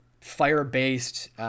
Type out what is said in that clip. fire-based